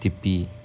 T_P